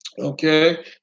Okay